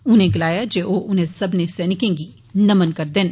उनें गलाया जे ओ उनें सब्बनें सैनिकें गी नमन करदे न